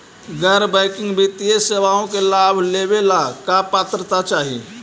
गैर बैंकिंग वित्तीय सेवाओं के लाभ लेवेला का पात्रता चाही?